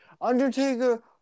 Undertaker